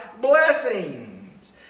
blessings